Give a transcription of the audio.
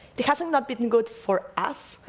it has um not been good for us,